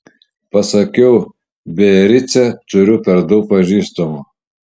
pasakiau biarice turiu per daug pažįstamų